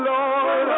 Lord